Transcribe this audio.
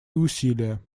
усилия